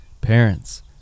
Parents